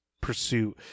pursuit